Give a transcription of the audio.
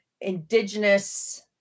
Indigenous